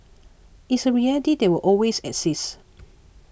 it's a reality that will always exist